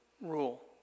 rule